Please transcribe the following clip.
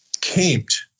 camped